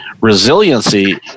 resiliency